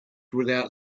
without